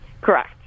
Correct